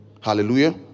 Hallelujah